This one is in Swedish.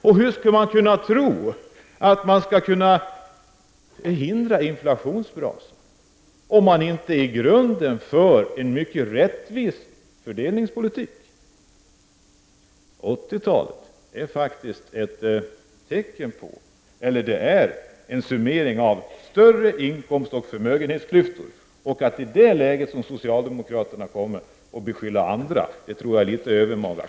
Och hur skulle någon kunna tro att det går att förhindra inflationsbrasan, om det inte i grunden förs en rättvis fördelningspolitik? Den summering vi kan göra av 80-talet är att det blivit större inkomstoch förmögenhetsklyftor. Att i det läget skylla på andra, som socialdemokraterna gör, tycker jag är övermaga.